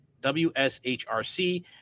WSHRC